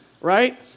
right